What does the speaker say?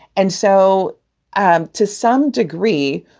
and so and to some degree,